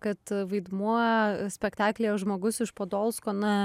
kad vaidmuo spektaklyje žmogus iš podolsko na